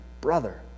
Brother